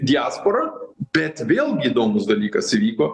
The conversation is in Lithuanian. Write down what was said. diasporą bet vėlgi įdomus dalykas įvyko